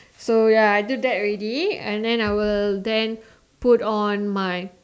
so ya I do that already and then I will then put on my